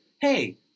hey